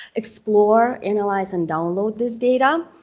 explore, analyze, and download this data.